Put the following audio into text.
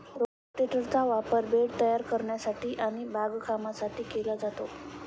रोटेटरचा वापर बेड तयार करण्यासाठी आणि बागकामासाठी केला जातो